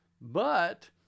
But